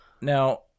now